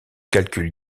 calcul